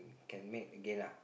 can made again lah